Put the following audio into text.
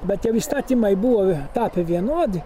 bet jau įstatymai buvo tapę vienodi